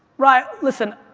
ryan, listen,